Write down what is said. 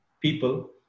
people